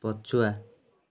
ପଛୁଆ